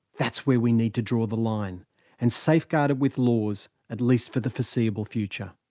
that's where we need to draw the line and safeguard it with laws, at least for the foreseeable future.